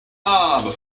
mob